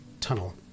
tunnel